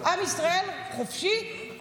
עם ישראל חופשי,